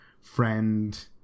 friend